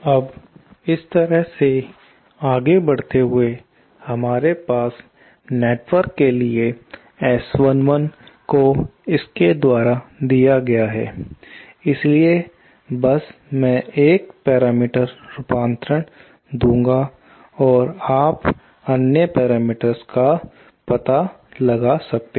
अब इस तरह से आगे बढ़ते हुए हमारे पास नेटवर्क के लिए S11 को इसके द्वारा दिया गया है इसलिए मैं बस एक पैरामीटर रूपांतरण दूंगा और आप अन्य पैरामीटर्स का पता लगा सकते हैं